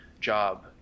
job